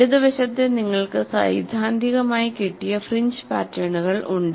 ഇടതുവശത്ത് നിങ്ങൾക്ക് സൈദ്ധാന്തികമായി കിട്ടിയ ഫ്രിഞ്ച് പാറ്റേണുകൾ ഉണ്ട്